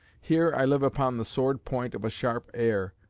here i live upon the sword-point of a sharp air,